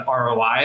ROI